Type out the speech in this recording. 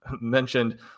mentioned